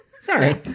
Sorry